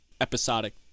episodic